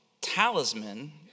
talisman